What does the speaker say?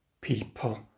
people